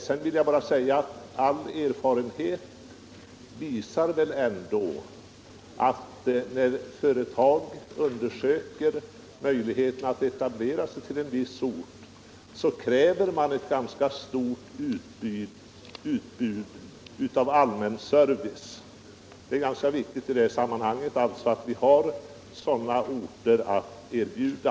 Sedan vill jag bara säga att all erfarenhet väl ändå visar att när företag undersöker möjligheterna att etablera sig på en viss ort, så kräver de ett ganska stort utbud av allmän service. Det är alltså ganska viktigt i detta sammanhang att vi har sådana orter att erbjuda.